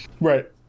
Right